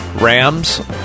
Rams